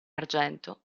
argento